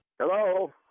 Hello